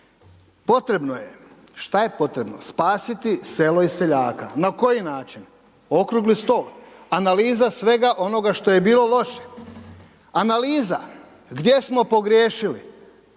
Potrebno je. Šta je potrebno? Spasiti selo i seljaka. Na koji način? Okrugli stol, analiza svega onoga što je bilo loše. Analiza gdje smo pogriješili,